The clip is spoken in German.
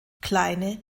kleine